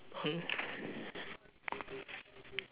hmm